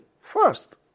first